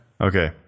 okay